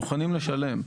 מוכנים לשלם.